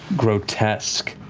grotesque,